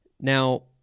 Now